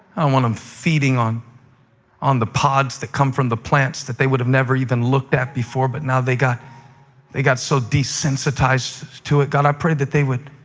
i don't want them feeding on on the pods that come from the plants that they would have never even looked at before, but now they got they got so desensitized to it. god, i pray that they would